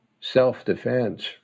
self-defense